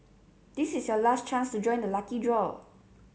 this is your last chance to join the lucky draw